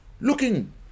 looking